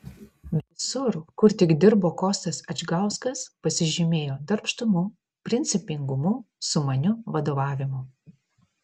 visur kur tik dirbo kostas adžgauskas pasižymėjo darbštumu principingumu sumaniu vadovavimu